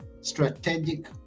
strategic